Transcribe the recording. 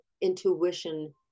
intuition